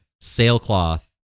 Sailcloth